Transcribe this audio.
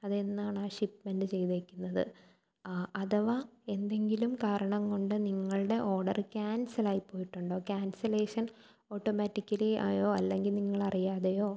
അതെന്നാണ് ആ ഷിപ്മെൻ്റ് ചെയ്തേക്കുന്നത് അഥവാ എന്തെങ്കിലും കാരണം കൊണ്ട് നിങ്ങളുടെ ഓഡർ ക്യാൻസലായി പോയിട്ടുണ്ടോ ക്യാൻസലേഷൻ ഓട്ടോമാറ്റിക്കലി ആയോ അല്ലെങ്കിൽ നിങ്ങളറിയാതയോ